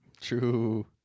True